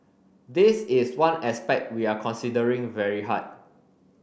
this is one aspect we are considering very hard